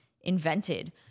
invented